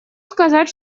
сказать